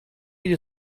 you